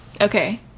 Okay